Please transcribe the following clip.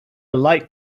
light